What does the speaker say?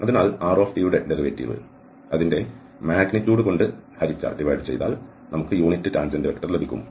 അതിനാൽ rt യുടെ derivative അതിന്റെ മാഗ്നിറ്റ്യൂഡ് കൊണ്ട് ഹരിച്ചാൽ യൂണിറ്റ് ടാൻജന്റ് വെക്റ്റർ ലഭിക്കും